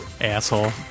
Asshole